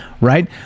Right